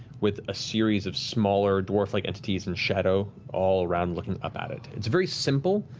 with a series of smaller dwarf-like entities in shadow all around looking up at it. it's very simple